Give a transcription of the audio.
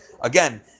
again